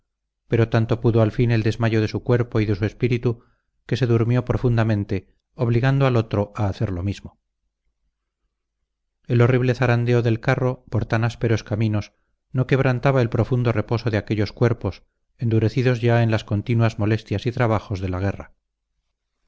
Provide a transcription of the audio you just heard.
pero tanto pudo al fin el desmayo de su cuerpo y de su espíritu que se durmió profundamente obligando al otro a hacer lo mismo el horrible zarandeo del carro por tan ásperos caminos no quebrantaba el profundo reposo de aquellos cuerpos endurecidos ya en las continuas molestias y trabajos de la guerra